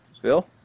Phil